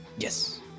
Yes